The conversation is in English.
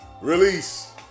Release